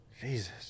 Jesus